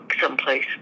someplace